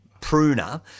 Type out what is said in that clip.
pruner